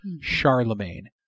Charlemagne